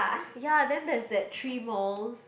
ya then there's that three malls